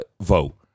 vote